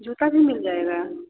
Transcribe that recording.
जूता भी मिल जाएगा